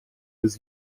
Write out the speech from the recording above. was